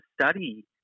study